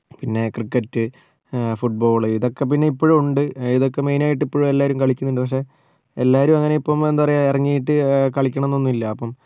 പിന്നെ cricket football ഇതൊക്കെ പിന്നെ ഇപ്പോഴും ഉണ്ട് ഇതൊക്കെ മെയ്നായിട്ട് ഇപ്പോഴും എല്ലാവരും കളിക്കുന്നുണ്ട് പക്ഷെ എല്ലാവരും അങ്ങനെ ഇപ്പം എന്താ പറയാ ഇറങ്ങീട്ട് കളിക്കണന്നൊന്നൂമില്ല അപ്പം